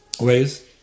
ways